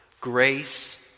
grace